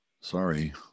Sorry